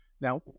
Now